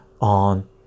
on